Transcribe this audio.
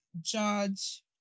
Judge